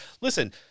Listen